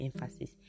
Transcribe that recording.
emphasis